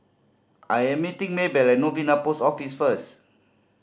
I am meeting Maybell at Novena Post Office first